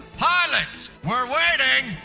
pilots, we're waiting.